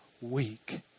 weak